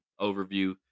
overview